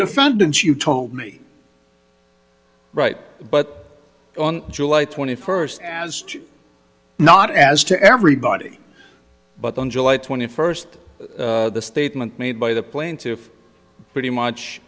defendants you told me right but on july twenty first as to not as to everybody but on july twenty first the statement made by the plaintiff pretty much